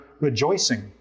rejoicing